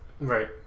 Right